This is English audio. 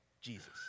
Jesus